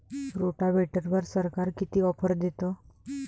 रोटावेटरवर सरकार किती ऑफर देतं?